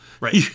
Right